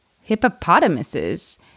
hippopotamuses